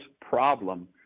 problem